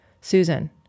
Susan